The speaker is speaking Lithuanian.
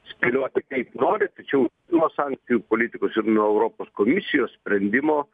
spėlioti kaip nori tačiau nuo sankcijų politikos ir nuo europos komisijos sprendimo